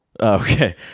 Okay